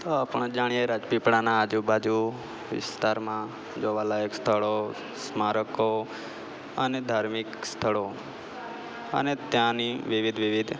આપણે જાણીએ રાજપીપળાના આજુબાજુ વિસ્તારમાં જોવાલાયક સ્થળો સ્મારકો અને ધાર્મિક સ્થળો અને ત્યાંની વિવિધ વિવિધ